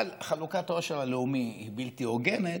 אבל חלוקת העושר הלאומי היא בלתי הוגנת,